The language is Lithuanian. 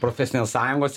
profesinės sąjungos